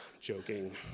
Joking